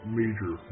major